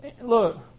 look